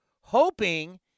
Hoping